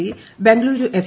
C Bengaluru F